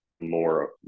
more